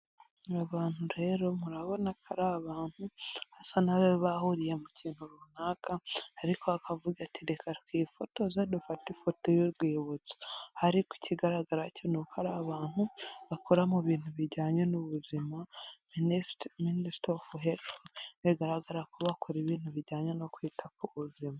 Abantu rero murabona ko ari abantu hasa n'abahuriye mu kintu runaka, ariko bakavuga ati reka twifotoze dufate ifoto y'urwibutso, ariko ikigaragara ni uko ari abantu bakora mu bintu bijyanye n'ubuzima, minsita ovu herifu bigaragara ko bakora ibintu bijyanye no kwita ku buzima.